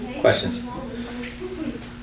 questions